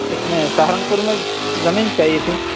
اس میں سہارنپور میں زمین چاہیے تھی